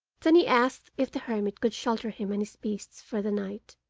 then he asked if the hermit could shelter him and his beasts for the night,